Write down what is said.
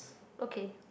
okay